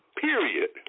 period